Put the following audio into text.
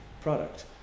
product